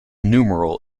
numeral